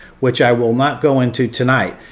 which i will not go into tonight.